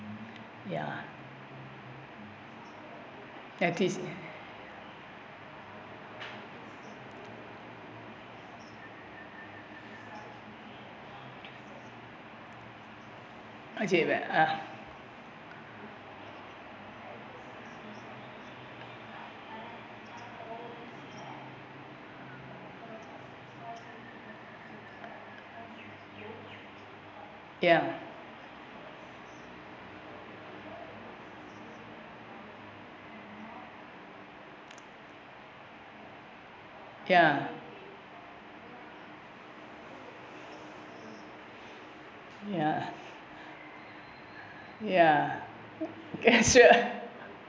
ya ya ya ya